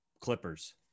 clippers